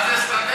מה זה אסטרטגי?